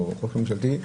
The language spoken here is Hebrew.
או חוק ממשלתי,